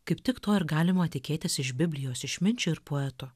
kaip tik to ir galima tikėtis iš biblijos išminčio ir poeto